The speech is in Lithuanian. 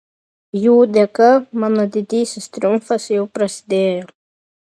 jų dėka mano didysis triumfas jau prasidėjo